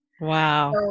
Wow